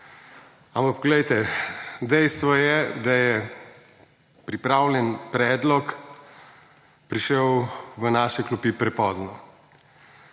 Ampak poglejte, dejstvo je, da je pripravljen predlog prišel v naše klopi prepozno.